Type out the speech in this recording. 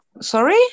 Sorry